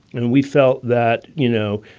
and we felt that, you know,